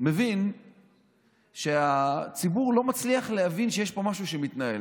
מבין שהציבור לא מצליח להבין שיש פה משהו שמתנהל.